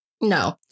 No